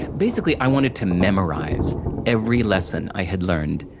basically, i wanted to memorize every lesson i had learned,